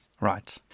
Right